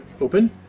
open